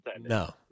No